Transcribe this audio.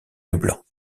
leblanc